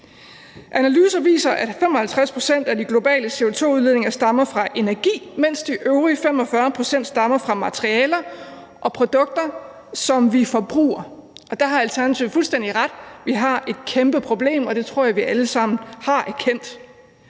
Analyser viser, at 55 pct. af de globale CO2-udledninger stammer fra energi, mens de øvrige 45 pct. stammer fra materialer og produkter, som vi forbruger. Der har Alternativet fuldstændig ret i, at vi har et kæmpe problem, og det tror jeg vi alle sammen har erkendt.